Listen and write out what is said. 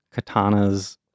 katanas